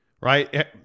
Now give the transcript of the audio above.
right